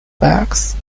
backs